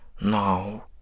No